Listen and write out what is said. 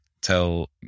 tell